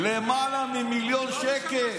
למעלה ממיליון שקל.